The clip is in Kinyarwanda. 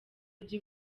by’u